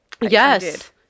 Yes